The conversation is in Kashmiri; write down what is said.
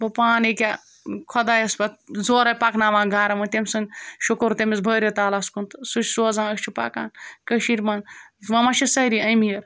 بہٕ پانہٕ ییٚکیٛاہ خۄدایَس پٮ۪تھ زورٕ پَکناوان گَرٕ وَ تٔمۍ سُنٛد شُکُر تٔمِس بٲری تعالیٰ ہَس کُن تہٕ سُہ چھِ سوزان أسۍ چھِ پَکان کٔشیٖرِ منٛز وۄنۍ ما چھِ سٲری أمیٖر